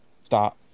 start